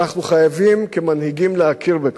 ואנחנו חייבים, כמנהיגים, להכיר בכך.